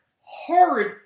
horrid